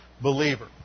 believer